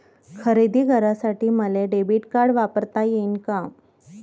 खरेदी करासाठी मले डेबिट कार्ड वापरता येईन का?